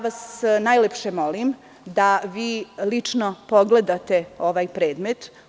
Najlepše vas molim da vi lično pogledate ovaj predmet.